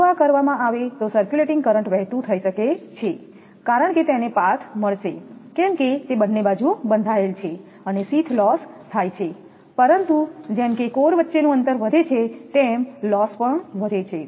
જો આ કરવામાં આવે તો સર્ક્યુલેટિંગ કરંટ વહેતું થઈ શકે છે કારણ કે તેને પાથ મળશે કેમકે તે બંને બાજુ બંધાયેલ છે અને શીથ લોસ થાય છે પરંતુ જેમ કે કોર વચ્ચેનું અંતર વધે છે તેમ લોસ પણ વધે છે